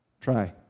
try